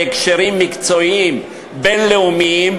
בהקשרים מקצועיים בין-לאומיים,